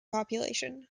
population